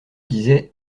disait